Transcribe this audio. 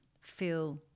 feel